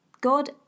God